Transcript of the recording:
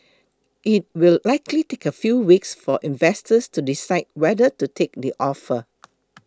it will likely take a few weeks for investors to decide whether to take the offer